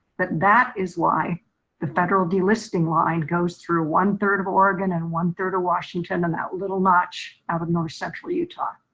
but that is why the federal delisting line goes through one third of oregon and one third of washington and that little notch out of north central utah.